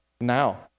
now